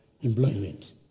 employment